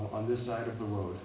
on this side of the road